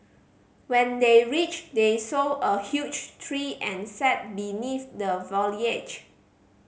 when they reached they saw a huge tree and sat beneath the foliage